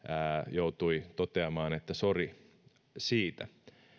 joutui sitten toteamaan että sori siitä